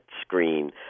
screen